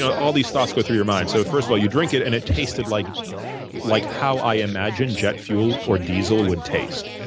ah all these thoughts go through your mind. so first all, you drink it, and it tasted like how how i imagine jet fuel or diesel would taste.